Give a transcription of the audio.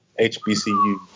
HBCUs